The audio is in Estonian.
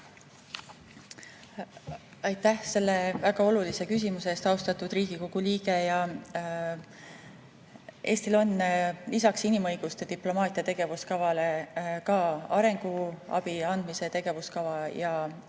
Aitäh selle väga olulise küsimuse eest, austatud Riigikogu liige! Eestil on lisaks inimõigusdiplomaatia tegevuskavale ka arenguabi andmise tegevuskava ja